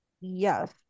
yes